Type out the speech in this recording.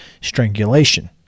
strangulation